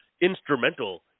instrumental